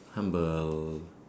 humble